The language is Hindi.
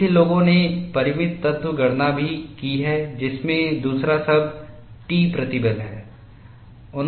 देखिए लोगों ने परिमित तत्व गणना भी की है जिसमें दूसरा शब्द है T प्रतिबल है